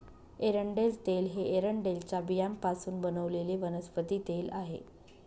एरंडेल तेल हे एरंडेलच्या बियांपासून बनवलेले वनस्पती तेल आहे